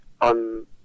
on